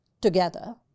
together